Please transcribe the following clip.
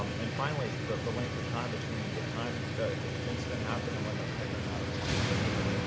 um and finally, the the length of time between the time the incident happened and when they're picking them out of a lineup later.